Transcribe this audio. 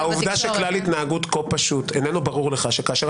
העובדה שכלל התנהגות כה פשוט איננו ברור לך שכאשר